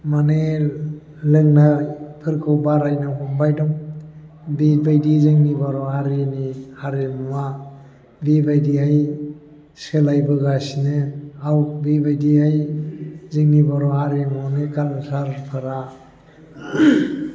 माने लोंनोफोरखौ बारायनो हमबाय दं बिबायदि जोंनि बर' हारिनि हारिमुवा बिबायदिहाय सोलायबोगासिनो आव बेबायदिहाय जोंनि बर' हारिमुनि कालसारफोरा